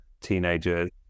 teenagers